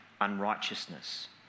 unrighteousness